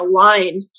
aligned